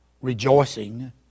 rejoicing